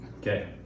okay